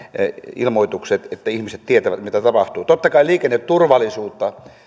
ilmoitukset niin että ihmiset tietävät mitä tapahtuu totta kai liikenneturvallisuutta